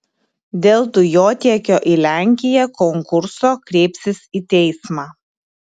dėl dujotiekio į lenkiją konkurso kreipsis į teismą